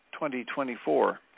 2024